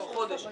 כבר חודש,